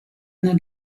einer